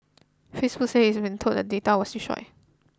Facebook said it has been told that the data were destroyed